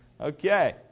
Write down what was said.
Okay